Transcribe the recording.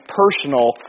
personal